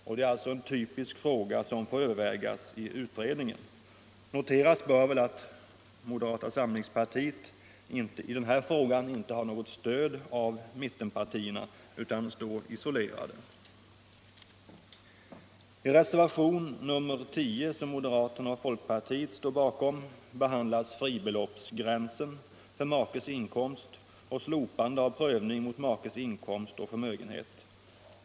Det gäller alltså en ty pisk fråga av det slag som får övervägas inom utredningen. Noteras bör väl att moderata samlingspartiet i denna fråga inte har något stöd av mittenpartierna utan står isolerat. I reservationen 10, som moderaterna och folkpartiet står bakom, behandlas fribeloppsgränsen för makes inkomst och slopande av prövning mot makes inkomst och förmögenhet.